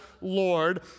Lord